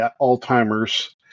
alzheimer's